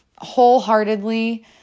wholeheartedly